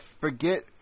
forget